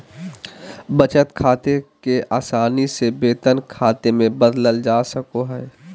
बचत खाते के आसानी से वेतन खाते मे बदलल जा सको हय